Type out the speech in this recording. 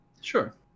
Sure